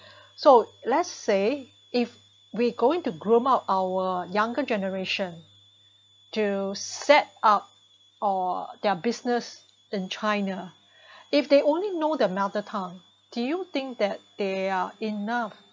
so let's say if we going to groom out our younger generation to set up or their business in china if they only know their mother tongue do you think that they are enough